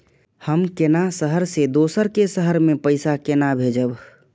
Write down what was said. हम केना शहर से दोसर के शहर मैं पैसा केना भेजव?